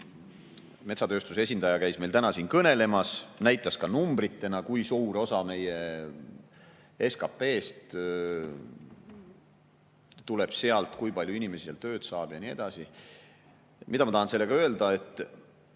Metsatööstuse esindaja käis meil täna siin kõnelemas, ta näitas ka numbritena, kui suur osa meie SKP‑st sealt tuleb, kui palju inimesi seal tööd saab ja nii edasi. Mida ma tahan sellega öelda? Alati